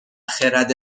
خرد